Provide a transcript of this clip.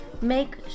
make